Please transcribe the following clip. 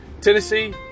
Tennessee